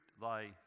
thy